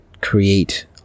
create